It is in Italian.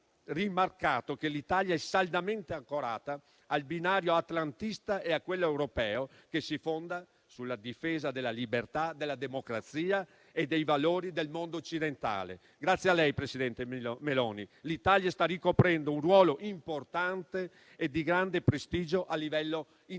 che l'Italia è saldamente ancorata al binario atlantista e a quello europeo, che si fondano sulla difesa della libertà, della democrazia e dei valori del mondo occidentale. Grazie a lei, presidente Meloni, l'Italia sta ricoprendo un ruolo importante e di grande prestigio a livello internazionale.